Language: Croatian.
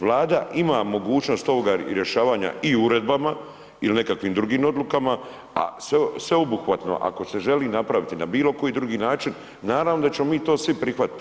Vlada ima mogućnost ovoga rješavanja i uredbama il nekakvim drugim odlukama, a sveobuhvatno ako se želi napraviti na bilo koji drugi način naravno da ćemo mi to svi prihvatiti.